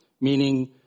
meaning